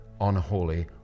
unholy